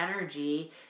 energy